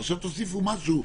ועכשיו תוסיפו משהו,